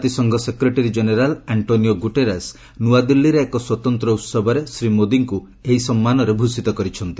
ଜାତିସଂଘ secretary general Antonio Guterres ନୂଆଦିଲ୍ଲୀରେ ଏକ ସ୍ୱତନ୍ତ୍ର ଉହବରେ ଶ୍ରୀ ମୋଦିଙ୍କୁ ଏହି ସମ୍ମାନରେ ଭୂଷିତ କରିଛନ୍ତି